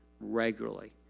regularly